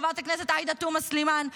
חברת הכנסת עאידה תומא סלימאן,